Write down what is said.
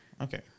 Okay